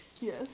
Yes